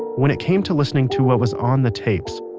when it came to listening to what was on the tapes,